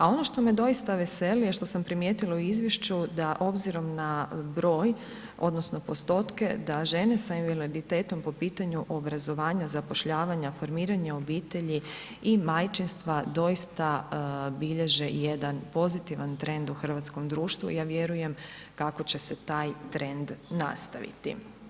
A ono što me doista veseli je što sam primijetila u Izvješću da obzirom na broj odnosno postotke da žene sa invaliditetom po pitanju obrazovanja, zapošljavanja, formiranja obitelji i majčinstva doista bilježe jedan pozitivan trend u hrvatskom društvu i ja vjerujem kako će se taj trend nastaviti.